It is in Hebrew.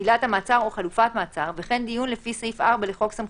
לכן אנחנו גם